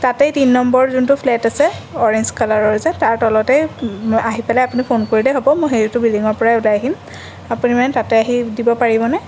তাতেই তিনি নম্বৰ যোনটো ফ্লেট আছে অৰেঞ্জ কালাৰৰ যে তাৰ তলতেই আহি পেলাই আপুনি ফোন কৰিলেই হ'ব মই সেইটো বিল্ডিংৰ পৰাই ওলাই আহিম আপুনি মানে তাতে আহি দিব পাৰিবনে